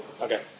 Okay